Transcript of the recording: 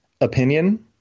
opinion